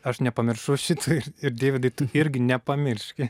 aš nepamiršau šito ir ir deividai tu irgi nepamirški